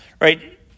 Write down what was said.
right